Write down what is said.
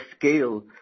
scale